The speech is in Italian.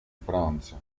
francia